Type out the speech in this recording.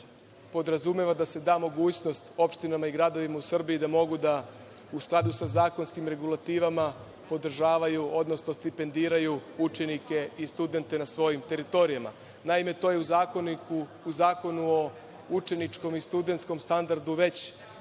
podrazumeva da se da mogućnost opštinama i gradovima u Srbiji da mogu da u skladu sa zakonskim regulativama podržavaju, odnosno stipendiraju učenike i studente na svojim teritorijama. Naime, to je u Zakonu o učeničkom i studentskom standardu već